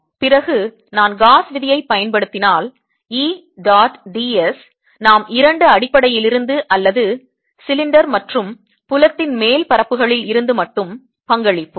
பிறகு நான் காஸ் விதியைப் பயன்படுத்தினால் E டாட் d s நாம் இரண்டு அடிப்படையிலிருந்து அல்லது சிலிண்டர் மற்றும் புலத்தின் மேல் பரப்புகளில் இருந்து மட்டுமே பங்களிப்போம்